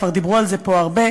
כבר דיברו על זה פה הרבה.